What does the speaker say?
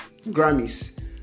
Grammys